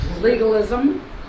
Legalism